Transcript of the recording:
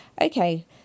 Okay